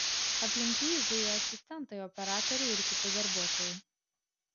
aplink jį zuja asistentai operatoriai ir kiti darbuotojai